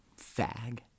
Fag